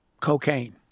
cocaine